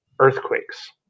earthquakes